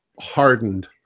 hardened